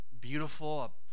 beautiful